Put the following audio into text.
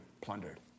plundered